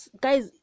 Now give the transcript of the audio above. Guys